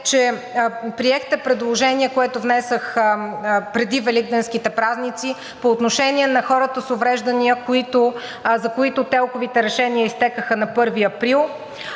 че приехте предложение, което внесох преди великденските празници по отношение на хората с увреждания, за които ТЕЛК-овите решения изтекоха на 1 април